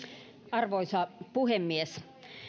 arvoisa puhemies